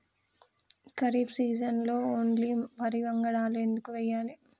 ఖరీఫ్ సీజన్లో ఓన్లీ వరి వంగడాలు ఎందుకు వేయాలి?